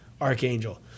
archangel